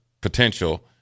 potential